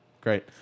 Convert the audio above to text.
Great